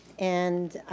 and